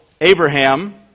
Abraham